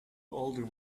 older